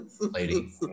lady